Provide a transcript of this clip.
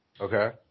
Okay